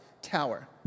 tower